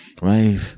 Right